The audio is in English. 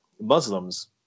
Muslims